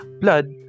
blood